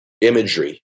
imagery